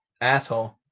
asshole